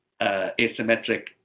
asymmetric